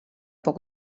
poc